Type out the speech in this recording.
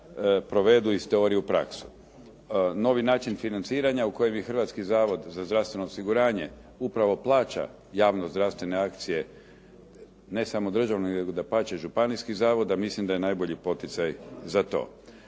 provedu iz teorije u praksu. Novi način financiranja u kojem Hrvatski zavod za zdravstveno osiguranje upravo plaća javno-zdravstvene akcije, ne samo državni nego dapače i županijski zavod, a mislim da je najbolji poticaj za to.